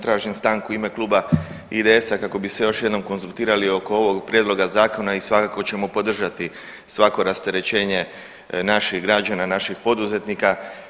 Tražim stanku u ime kluba IDS-a kako bi se još jednom konzultirali oko ovog prijedloga zakona i svakako ćemo podržati svako rasterećenje naših građana, naših poduzetnika.